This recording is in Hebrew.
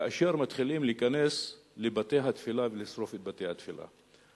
כאשר מתחילים להיכנס לבתי-התפילה ולשרוף את בתי-התפילה.